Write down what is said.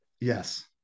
Yes